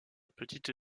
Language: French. petite